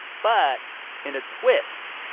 but in a twist,